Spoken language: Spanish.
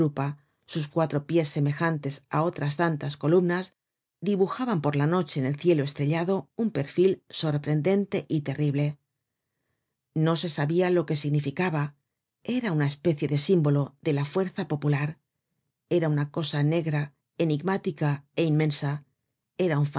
sus cuatro pies semejantes á otras tantas columnas dibujaban por la noche en el cielo estrellado un perfil sorprendente y terrible no se sabia lo que significaba era una especie de símbolo de la fuerza popular era una cosa negra enigmática é inmensa era un